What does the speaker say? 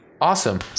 Awesome